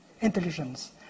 intelligence